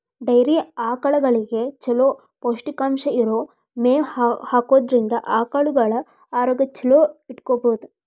dairy ಆಕಳಗಳಿಗೆ ಚೊಲೋ ಪೌಷ್ಟಿಕಾಂಶ ಇರೋ ಮೇವ್ ಹಾಕೋದ್ರಿಂದ ಆಕಳುಗಳ ಆರೋಗ್ಯ ಚೊಲೋ ಇಟ್ಕೋಬಹುದು